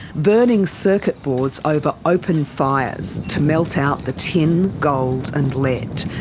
burning circuit-boards over open fires to melt out the tin, gold and lead,